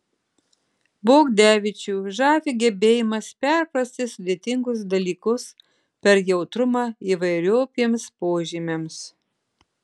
bogdevičių žavi gebėjimas perprasti sudėtingus dalykus per jautrumą įvairiopiems požymiams